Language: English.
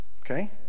okay